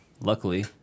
Luckily